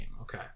Okay